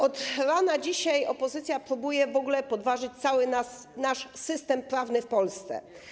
Od rana dzisiaj opozycja próbuje w ogóle podważyć cały nasz system prawny w Polsce.